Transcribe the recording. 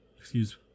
Excuse